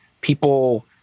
people